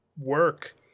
work